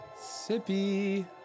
Sippy